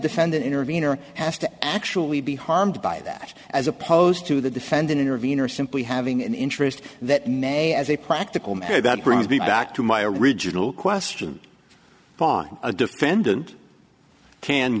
defendant intervene or has to actually be harmed by that as opposed to the defendant intervene or simply having an interest that may as a practical matter that brings me back to my original question on a defendant can